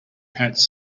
hats